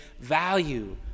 value